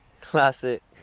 classic